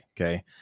okay